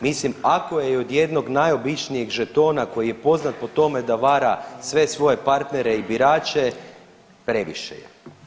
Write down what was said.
Mislim ako je od jednog najobičnijeg žetona koji je poznat po tome da vara sve svoje partnere i birače previše je.